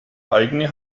eigene